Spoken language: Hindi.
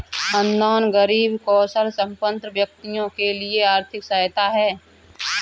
अनुदान गरीब कौशलसंपन्न व्यक्तियों के लिए आर्थिक सहायता है